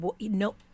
no